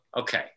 Okay